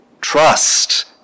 trust